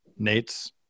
Nates